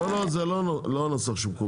לא, לא, זה לא הנוסח שמקובל.